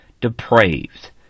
depraved